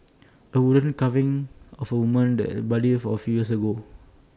A wooden carving of A woman that Bali A few years ago